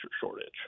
shortage